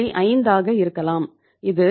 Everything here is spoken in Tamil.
5 ஆகா இருக்கலாம் இது 0